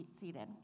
seated